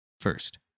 first